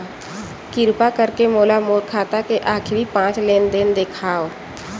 किरपा करके मोला मोर खाता के आखिरी पांच लेन देन देखाव